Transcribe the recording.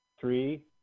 Three